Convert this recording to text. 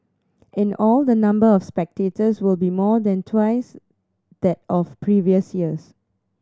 in all the number of spectators will be more than twice that of previous years